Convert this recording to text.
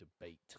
debate